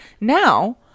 Now